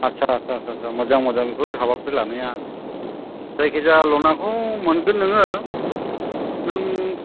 आच्चा आच्चा मोजां मोजां बेफोर हाबाफारि लानाया जायखिजाया ल'नखौ मोनगोन नोङो नों